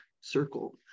circle